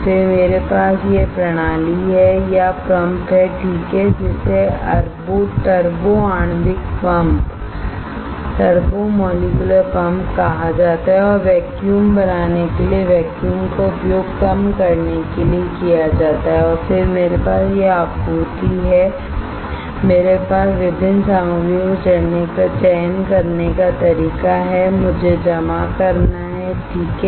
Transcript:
फिर मेरे पास यह प्रणाली या पंप हैठीक है जिसे टर्बो आणविक पंप कहा जाता है और वैक्यूम बनाने के लिए वैक्यूम का उपयोग कम करने के लिए किया जाता है और फिर मेरे पास यह आपूर्ति है मेरे पास विभिन्न सामग्रियों का चयन करने का तरीका है मुझे जमा करना हैठीक है